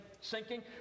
sinking